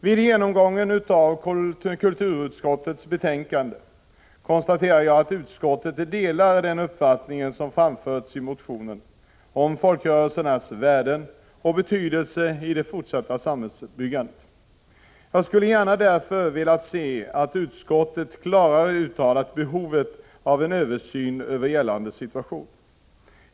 Vid genomgången av kulturutskottets betänkande konstaterar jag att utskottet delar den uppfattning som framförts i motionen om folkrörelsernas värde och betydelse i det fortsatta samhällsbyggandet. Jag skulle därför gärna ha velat se att utskottet klarare uttalat behovet av en översyn av gällande situation.